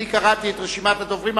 אני קראתי את רשימת הדוברים.